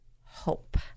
Hope